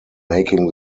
making